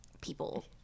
people